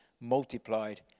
multiplied